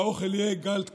והאוכל יהיה גלאט כשר,